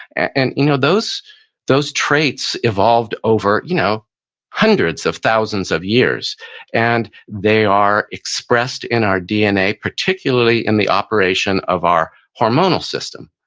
and you know those those traits evolved over you know hundreds of thousands of years and they are expressed in our dna, particularly in the operation of our hormonal system.